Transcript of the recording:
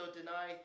deny